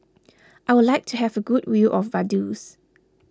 I would like to have a good view of Vaduz